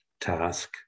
task